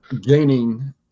gaining